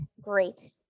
great